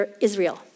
Israel